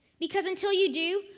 because until you do,